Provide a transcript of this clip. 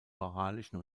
moralischen